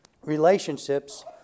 relationships